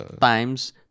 times